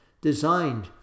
designed